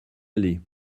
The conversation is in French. aller